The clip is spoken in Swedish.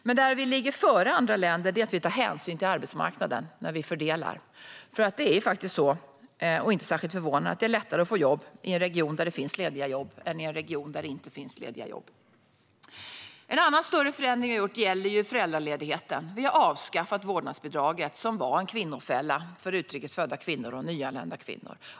En sak där vi ligger före andra länder är att vi tar hänsyn till arbetsmarknaden när vi fördelar. Det är inte särskilt förvånande att det är lättare att få jobb i en region där det finns lediga jobb än i en region där det inte finns det. En annan större förändring vi har gjort gäller föräldraledigheten. Vi har avskaffat vårdnadsbidraget, som var en kvinnofälla för utrikes födda kvinnor och nyanlända kvinnor.